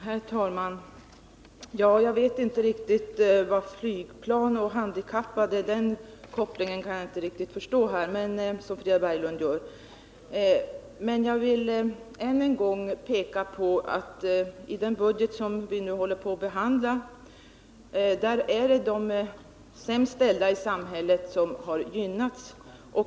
Herr talman! Jag kan inte riktigt förstå den koppling mellan flygplan och handikappade som Frida Berglund gör, men jag vill än en gång peka på att i den budget vi nu håller på att behandla är det de sämst ställda i samhället som har gynnats.